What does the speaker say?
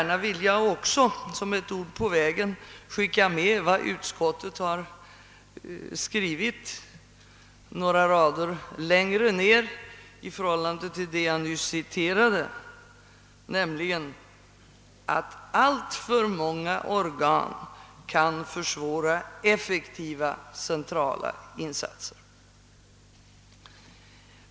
Jag vill gärna också som ett ord på vägen skicka med vad utskottet har skrivit några rader längre ned i förhållande till det jag nyss citerade, nämligen att »alltför många organ kan försvåra effektiva centrala insatser».